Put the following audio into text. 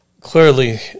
clearly